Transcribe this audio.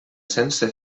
sense